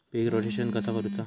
पीक rotation कसा करूचा?